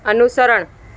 અનુસરણ